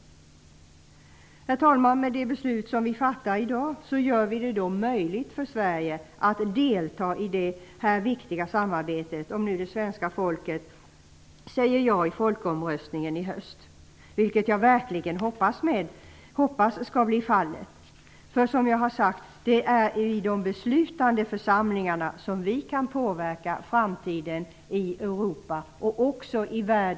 Herr talman! Med det beslut som vi fattar i dag gör vi det möjligt för Sverige att delta i det viktiga samarbetet -- om det svenska folket säger ja i folkomröstningen i höst, vilket jag verkligen hoppas. Som jag har sagt är det i de beslutande församlingarna som vi kan påverka framtiden i Europa och världen i övrigt.